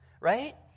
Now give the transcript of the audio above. right